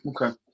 Okay